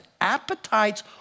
Appetites